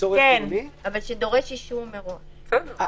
אבל שדורש אישור מראש.